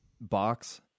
box